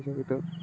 এটা